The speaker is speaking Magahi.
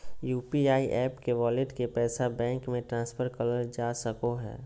यू.पी.आई एप के वॉलेट के पैसा बैंक मे ट्रांसफर करल जा सको हय